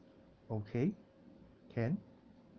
okay can